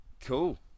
Cool